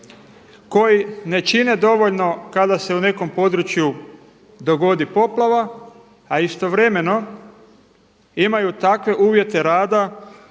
koji ne čine dovoljno kada se u nekom području dogodi poplava a istovremeno imaju takve uvjete rada